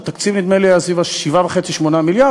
נדמה לי שהתקציב היה סביב 7.5 8 מיליארד.